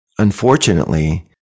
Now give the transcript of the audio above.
Unfortunately